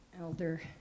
Elder